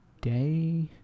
day